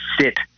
sit